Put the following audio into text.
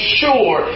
sure